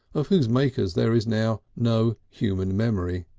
of whose makers there is now no human memory.